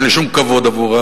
אין לי שום כבוד עבורם.